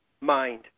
mind